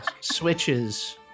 Switches